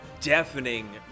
deafening